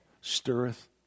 stirreth